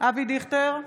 אבי דיכטר,